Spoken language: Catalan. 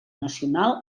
nacional